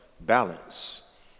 balance